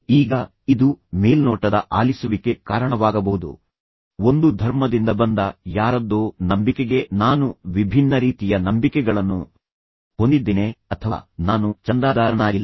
ಈಗ ಇದು ಮೇಲ್ನೋಟದ ಆಲಿಸುವಿಕೆ ಕಾರಣವಾಗಬಹುದು ಒಂದು ಧರ್ಮದಿಂದ ಬಂದ ಯಾರದ್ದೋ ನಂಬಿಕೆಗೆ ನಾನು ವಿಭಿನ್ನ ರೀತಿಯ ನಂಬಿಕೆಗಳನ್ನು ಹೊಂದಿದ್ದೇನೆ ಅಥವಾ ನಾನು ಚಂದಾದಾರನಾಗಿಲ್ಲ